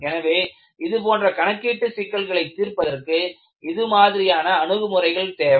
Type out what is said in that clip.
எனவே இதுபோன்ற கணக்கீட்டு சிக்கல்களைத் தீர்ப்பதற்கு இது மாதிரியான அணுகுமுறைகள் தேவை